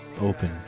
open